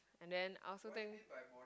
and then I also think